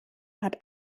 hat